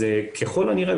אז ככל הנראה,